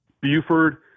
buford